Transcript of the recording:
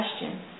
question